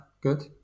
good